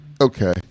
Okay